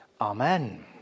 Amen